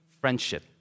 friendship